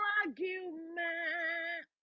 argument